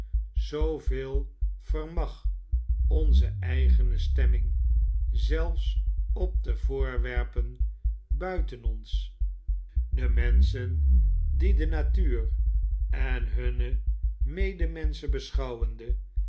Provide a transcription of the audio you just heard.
zooveel vermag onze eigene stemming zelfs op de voorwerpen buiten ons de menschen die de natuur en hunne medemenschen beschouwende